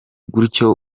gutyo